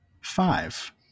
five